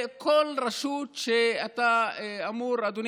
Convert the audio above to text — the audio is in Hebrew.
כל רשות שאתה אמור לדמיין לעצמך,